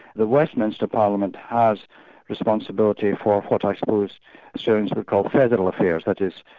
the westminster parliament has responsibility for what i suppose australians would call federal affairs, that is,